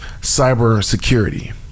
cybersecurity